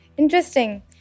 Interesting